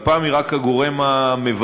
לפ"מ היא רק הגורם המבצע.